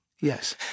Yes